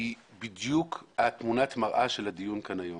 היא בדיוק תמונת המראה של הדיון שמתקיים כאן היום.